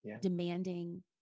demanding